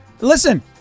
listen